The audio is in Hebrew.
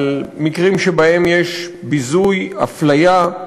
על מקרים שבהם יש ביזוי, הפליה,